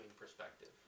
perspective